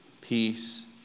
peace